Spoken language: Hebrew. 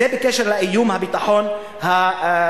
זה בקשר לאיום על הביטחון התזונתי.